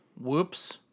Whoops